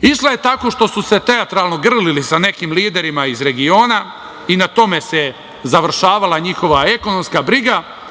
Išla je tako što su se teatralno grlili sa nekim liderima iz regiona i na tome se završavala njihova ekonomska briga,